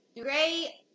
Great